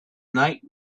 night